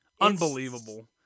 unbelievable